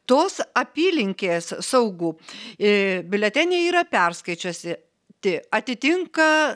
tos apylinkės saugų ir biuleteniai yra perskaičiuosi ti atitinka